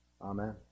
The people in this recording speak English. Amen